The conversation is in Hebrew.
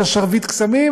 "שרביט קסמים"